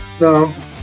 No